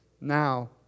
Now